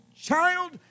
Child